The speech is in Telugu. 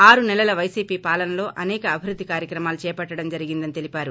ఆరు నెలల వైసీపీ పాలనలో అనేక అభివృద్గి కార్యక్రమాలు చేపట్నడం జరిగిందని తెలిపారు